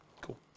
Cool